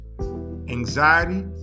anxiety